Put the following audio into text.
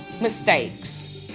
mistakes